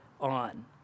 on